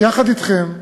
יחד אתכם,